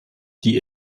die